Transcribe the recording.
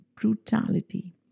brutality